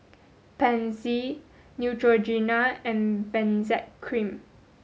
Pansy Neutrogena and Benzac cream